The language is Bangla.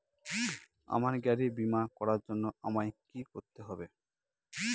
আমার গাড়ির বীমা করার জন্য আমায় কি কী করতে হবে?